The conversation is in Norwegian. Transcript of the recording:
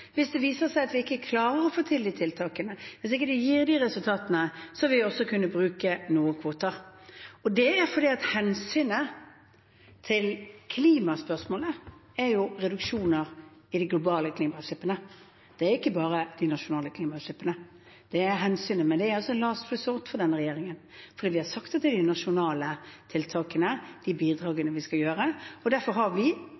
hvis det viser seg at vi ikke klarer å få til de tiltakene, hvis det ikke gir de resultatene – vil kunne bruke noen kvoter. Det er fordi hensynet til klimaspørsmålet er reduksjoner i de globale klimagassutslippene, det er ikke bare de nasjonale klimagassutslippene. Det er hensynet. Men det er altså «last result» for denne regjeringen, for vi har sagt at det er de nasjonale tiltakene, de bidragene, vi